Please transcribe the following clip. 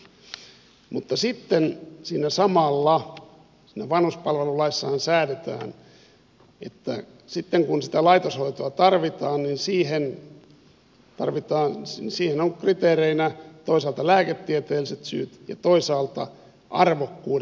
mutta sitten samalla siinä vanhuspalvelulaissahan säädetään että sitten kun sitä laitoshoitoa tarvitaan siihen ovat kriteereinä toisaalta lääketieteelliset syyt ja toisaalta arvokkuuden säilyttäminen